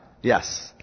Yes